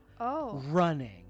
running